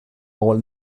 maul